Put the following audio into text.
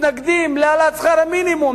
מתנגדים להעלאת שכר המינימום.